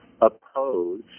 oppose